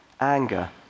anger